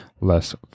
less